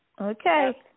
Okay